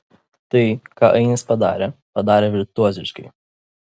tai ką ainis padarė padarė virtuoziškai